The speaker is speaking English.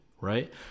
Right